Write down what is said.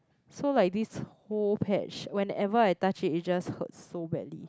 so like this whole patch whenever I touch it it just hurts so badly